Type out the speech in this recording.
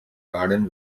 garden